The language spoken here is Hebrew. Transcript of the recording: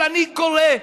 אני קורא,